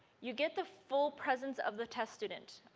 you get the full presence of the test student.